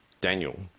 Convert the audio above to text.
Daniel